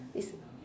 is